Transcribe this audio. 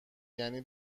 یعنی